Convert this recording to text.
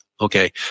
okay